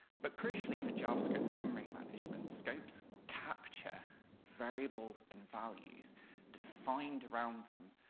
but crucially for javascript's memory management, scopes capture variables and values defined around them,